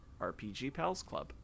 rpgpalsclub